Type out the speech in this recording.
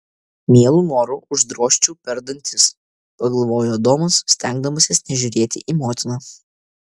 mielu noru uždrožčiau per dantis pagalvojo adomas stengdamasis nežiūrėti į motiną